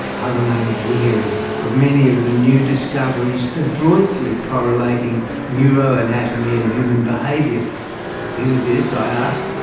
i remain wary of many of the new discoveries adroitly correlating neuro-anatomy and human behaviour is this, i ask,